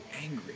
angry